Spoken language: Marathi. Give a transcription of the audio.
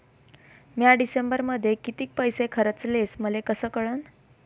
म्या डिसेंबरमध्ये कितीक पैसे खर्चले मले कस कळन?